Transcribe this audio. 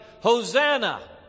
Hosanna